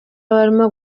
abarimo